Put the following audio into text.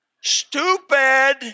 Stupid